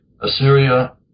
Assyria